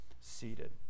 seated